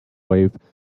wave